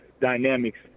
dynamics